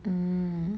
mm